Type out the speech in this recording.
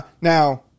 Now